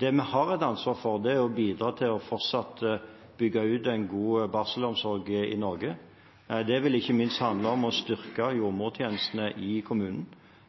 vi har et ansvar for, er å bidra til fortsatt å bygge ut en god barselomsorg i Norge. Det vil ikke minst handle om å styrke jordmortjenestene i kommunen.